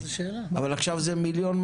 אבל עכשיו זה 1.2 מיליון.